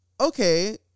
okay